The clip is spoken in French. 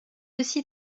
aussi